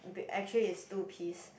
actually is two piece